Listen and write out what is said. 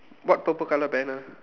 what purple colour banner